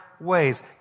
ways